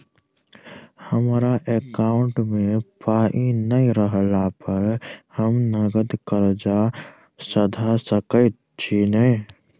हमरा एकाउंट मे पाई नै रहला पर हम नगद कर्जा सधा सकैत छी नै?